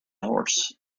horse